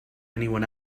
anyone